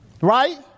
right